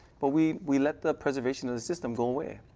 but we we let the preservation of the system go away.